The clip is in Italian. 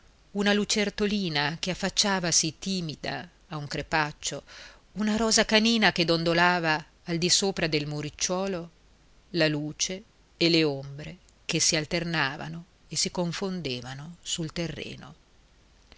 una lucertolina che affacciavasi timida a un crepaccio una rosa canina che dondolava al disopra del muricciuolo la luce e le ombre che si alternavano e si confondevano sul terreno